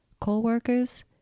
co-workers